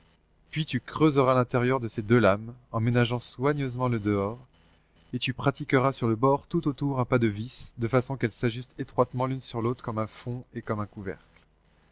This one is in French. puis tu creuseras l'intérieur de ces deux lames en ménageant soigneusement le dehors et tu pratiqueras sur le bord tout autour un pas de vis de façon qu'elles s'ajustent étroitement l'une sur l'autre comme un fond et comme un couvercle